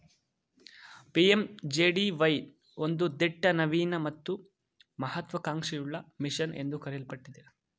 PMJDY ಒಂದು ದಿಟ್ಟ ನವೀನ ಮತ್ತು ಮಹತ್ವ ಕಾಂಕ್ಷೆಯುಳ್ಳ ಮಿಷನ್ ಎಂದು ಕರೆಯಲ್ಪಟ್ಟಿದೆ